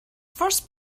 first